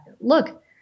look